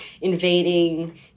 invading